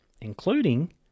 including